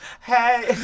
Hey